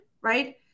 right